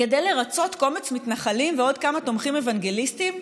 כדי לרצות קומץ מתנחלים ועוד כמה תומכים אוונגליסטים,